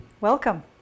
welcome